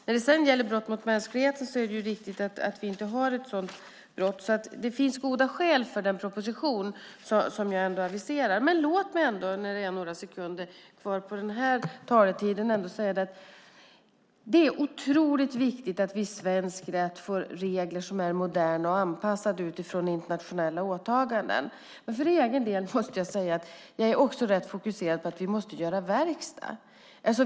När det sedan gäller brott mot mänskligheten är det ju riktigt att vi inte har ett sådant brott. Det finns goda skäl för den proposition som jag ändå aviserar. Men låt mig ändå när det är några sekunder kvar av den här talartiden säga att det är otroligt viktigt att vi i svensk rätt får regler som är moderna och anpassade till internationella åtaganden. För egen del måste jag säga att jag också är rätt fokuserad på att vi måste göra verkstad.